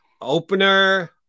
Opener